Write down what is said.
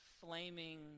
flaming